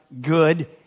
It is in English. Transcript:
good